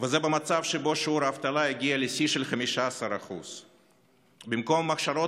וזה במצב שבו שיעור האבטלה הגיע לשיא של 15%. במקום הכשרות